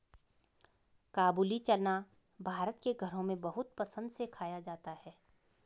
काबूली चना भारत के घरों में बहुत पसंद से खाया जाता है